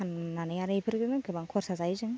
फान्नानै आरो एफोरजोंनो गोबां खरसा जायो जों